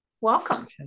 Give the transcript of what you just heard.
Welcome